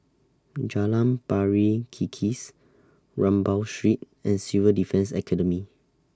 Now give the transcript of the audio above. Jalan Pari Kikis Rambau Street and Civil Defence Academy